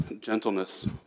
gentleness